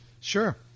Sure